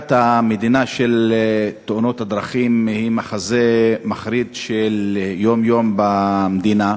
מכת המדינה של תאונות הדרכים היא מחזה מחריד של יום-יום במדינה.